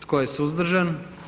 Tko je suzdržan?